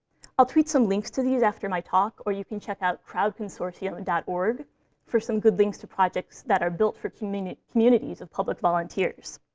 i'll tweet some links to these after my talk, or you can check out crowdconsortium dot org for some good links to projects that are built for communities communities of public volunteers.